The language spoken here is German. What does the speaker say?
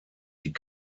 die